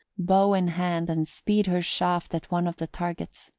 bow in hand, and speed her shaft at one of the targets,